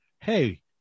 Hey